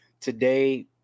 today